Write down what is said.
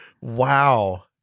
Wow